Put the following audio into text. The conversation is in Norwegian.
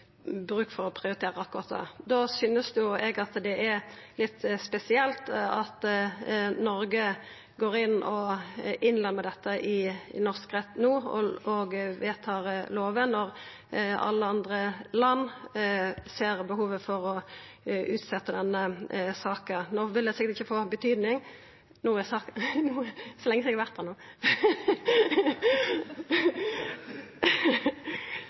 bruk for å prioritera akkurat det. Då synest eg det er litt spesielt at Noreg går inn og innlemar dette i norsk rett no og vedtar lover, når alle andre land ser behovet for å utsetja denne saka. No vil det sikkert ikkje få følgjer … No har eg sagt litt mye, og tida er ute, ser eg. Det er så lenge sidan eg har vore her no